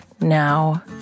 now